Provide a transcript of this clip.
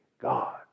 God